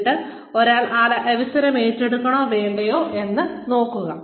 എന്നിട്ട് ഒരാൾ ആ അവസരം ഏറ്റെടുക്കണോ വേണ്ടയോ എന്ന് നോക്കുക